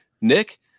Nick